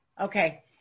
okay